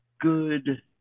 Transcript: good